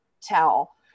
tell